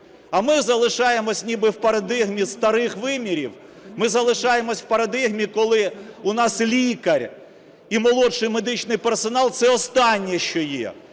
а ми залишаємося ніби в парадигмі старих вимірів, ми залишаємо в парадигмі, коли в нас лікар і молодший медичний персонал. Це останнє, що є.